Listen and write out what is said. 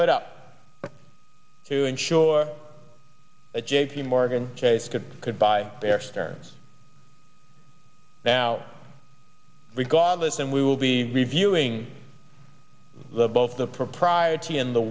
but up to ensure a j p morgan chase could could buy bear stearns now regardless and we will be reviewing the both the propriety and the